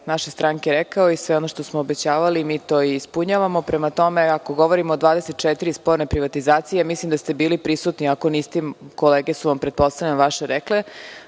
naše stranke rekao i sve ono što smo obećavali, mi to i ispunjavamo. Prema tome, ako govorimo o 24 sporne privatizacije, mislim da ste bili prisutni, ako niste, pretpostavljam da su